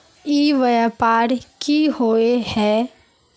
ई व्यापार की होय है?